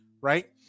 right